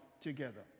together